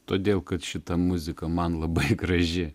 todėl kad šita muzika man labai graži